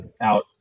out